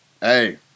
Hey